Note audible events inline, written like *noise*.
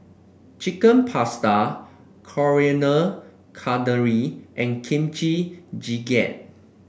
Chicken Pasta Coriander *unintelligible* and Kimchi Jjigae